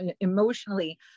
emotionally